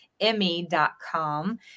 emmy.com